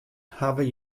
hawwe